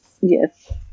Yes